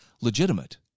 legitimate